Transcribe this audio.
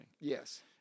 Yes